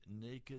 naked